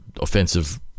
offensive